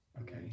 okay